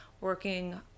working